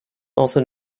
also